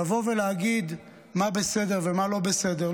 לבוא ולהגיד מה בסדר ומה לא בסדר,